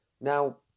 Now